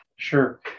Sure